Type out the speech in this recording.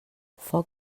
foc